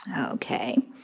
Okay